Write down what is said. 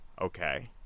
Okay